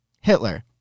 Hitler